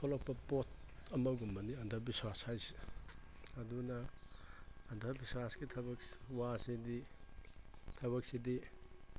ꯊꯣꯛꯂꯛꯄ ꯄꯣꯠ ꯑꯃꯒꯨꯝꯕꯅꯤ ꯑꯟꯗꯕꯤꯁ꯭ꯋꯥꯁ ꯍꯥꯏꯔꯤꯁꯤ ꯑꯗꯨꯅ ꯑꯟꯗꯕꯤꯁ꯭ꯋꯥꯁꯀꯤ ꯊꯕꯛ ꯋꯥꯁꯤꯗꯤ ꯊꯕꯛꯁꯤꯗꯤ